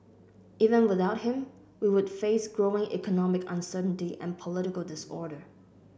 even without him we would face growing economic uncertainty and political disorder